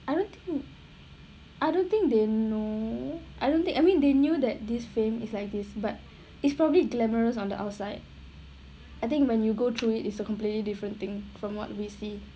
I don't think I don't think they know I don't think I mean they knew that this fame is like this but it's probably glamorous on the outside I think when you go through it is a completely different thing from what we see